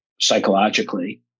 psychologically